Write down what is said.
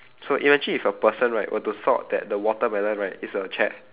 so imagine if a person right were to thought that the watermelon right is a chair